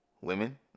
Women